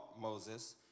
Moses